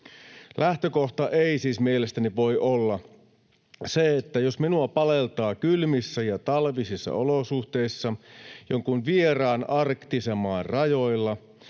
Lähtökohta ei siis mielestäni voi olla se, että jos minua paleltaa kylmissä ja talvisissa olosuhteissa jonkun vieraan arktisen maan rajoilla,